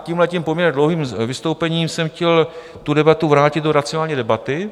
Tímhle poměrně dlouhým vystoupením jsem chtěl tu debatu vrátit do racionální debaty.